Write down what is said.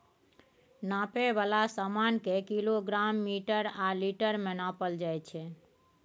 नापै बला समान केँ किलोग्राम, मीटर आ लीटर मे नापल जाइ छै